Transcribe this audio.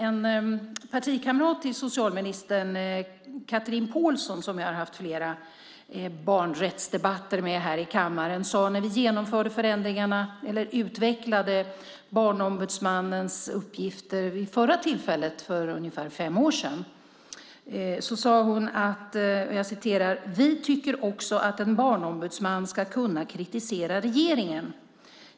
En partikamrat till socialministern, Chatrine Pålsson Ahlgren, som jag har haft flera barnrättsdebatter med i kammaren, sade när vi utvecklade Barnombudsmannens uppgifter vid förra tillfället för ungefär fem år sedan att de också tycker att en barnombudsman ska kunna kritisera regeringen.